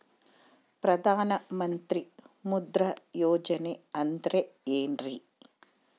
ಪ್ರಧಾನ ಮಂತ್ರಿ ಮುದ್ರಾ ಯೋಜನೆ ಅಂದ್ರೆ ಏನ್ರಿ?